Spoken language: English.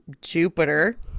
Jupiter